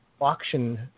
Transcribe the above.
auction